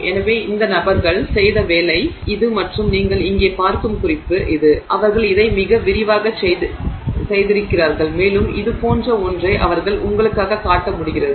எனவே இந்த நபர்கள் செய்த வேலை இது மற்றும் நீங்கள் இங்கே பார்க்கும் குறிப்பு இது அவர்கள் இதை மிக விரிவாகச் செய்திருக்கிறார்கள் மேலும் இது போன்ற ஒன்றை அவர்கள் உங்களுக்குக் காட்ட முடிகிறது